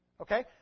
Okay